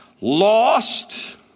lost